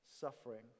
suffering